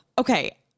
Okay